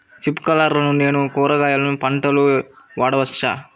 స్ప్రింక్లర్లను నేను కూరగాయల పంటలకు వాడవచ్చా?